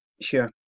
Sure